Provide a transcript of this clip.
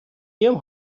ihrem